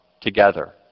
together